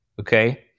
Okay